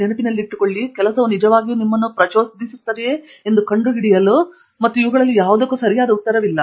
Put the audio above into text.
ನೆನಪಿನಲ್ಲಿಟ್ಟುಕೊಳ್ಳಿ ಕೆಲಸವು ನಿಜವಾಗಿಯೂ ನಿಮ್ಮನ್ನು ಪ್ರಚೋದಿಸುತ್ತದೆಯೆ ಎಂದು ಕಂಡುಹಿಡಿಯಲು ಮತ್ತು ಇವುಗಳಲ್ಲಿ ಯಾವುದಕ್ಕೂ ಸರಿಯಾದ ಉತ್ತರವಿಲ್ಲ